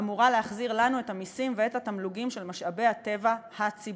אמורה להחזיר לנו את המסים ואת התמלוגים של משאבי הטבע הציבוריים,